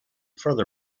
further